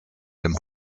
dem